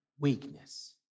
Weakness